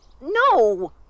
No